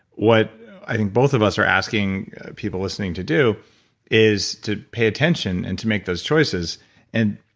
what i think both of us are asking people listening to do is to pay attention and to make those choices and